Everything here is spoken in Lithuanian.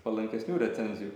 palankesnių recenzijų